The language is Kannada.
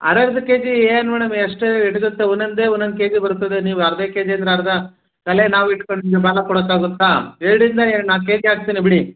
ಅರ್ ಅರ್ಧ ಕೆ ಜಿ ಏನು ಮೇಡಮ್ ಎಷ್ಟು ಹಿಡಿಸುತ್ತೆ ಒಂದೊಂದೇ ಒಂದೊಂದು ಕೆ ಜಿ ಬರ್ತದೆ ನೀವು ಅರ್ಧ ಕೆ ಜಿ ಅಂದ್ರೆ ಅರ್ಧ ತಲೆ ನಾವಿಟ್ಕೊಂಡು ನೀವು ಬಾಲ ಕೊಡೊಕ್ಕಾಗುತ್ತಾ ಹೇಳಿದ್ನೇ ಎರಡು ನಾಲ್ಕು ಕೆ ಜಿ ಹಾಕ್ತೀನಿ ಬಿಡಿ